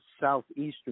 southeastern